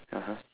(uh huh)